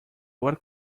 what